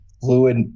fluid